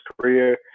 career